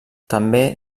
també